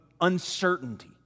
uncertainty